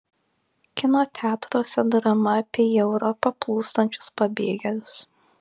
kino teatruose drama apie į europą plūstančius pabėgėlius